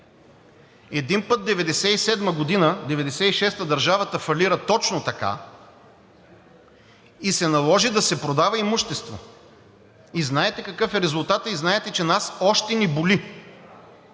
Един път през 1996 г. държавата фалира точно така и се наложи да се продава имущество и знаете какъв е резултатът и знаете, че нас още ни боли.